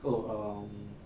oh um